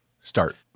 Start